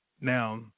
Now